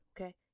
okay